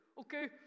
Okay